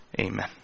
Amen